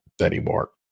anymore